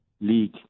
league